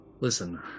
Listen